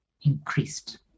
increased